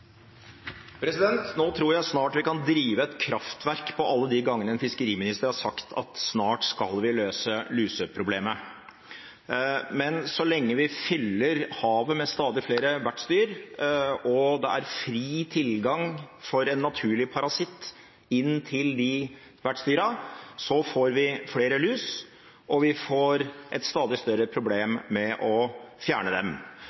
Nå tror jeg snart vi kan drive et kraftverk på alle de gangene en fiskeriminister har sagt at snart skal vi løse luseproblemet. Men så lenge vi fyller havet med stadig flere vertsdyr og det er fri tilgang for en naturlig parasitt inn til de vertsdyrene, får vi flere lus, og vi får et stadig større problem med å fjerne dem.